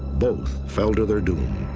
both fell to their doom.